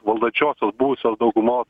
valdančiosios buvusios daugumos